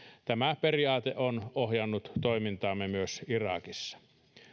tämä periaate on ohjannut toimintaamme myös irakissa